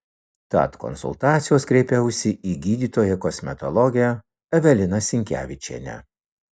tad konsultacijos kreipiausi į gydytoją kosmetologę eveliną sinkevičienę